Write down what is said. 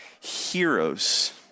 heroes